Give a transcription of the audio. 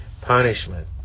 punishment